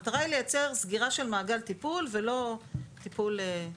המטרה היא היא ליצור סגירה של מעגל טיפול ולא טיפול לא